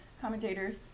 commentators